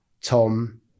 Tom